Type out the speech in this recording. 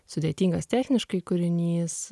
sudėtingas techniškai kūrinys